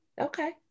okay